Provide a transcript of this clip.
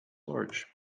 large